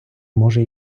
може